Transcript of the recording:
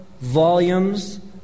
volumes